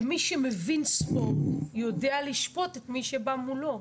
ומי שמבין ספורט יודע לשפוט את מי שבא מולו.